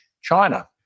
China